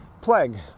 plague